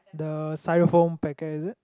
the Styrofoam packet is it